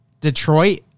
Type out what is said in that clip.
Detroit